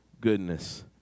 goodness